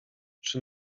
czy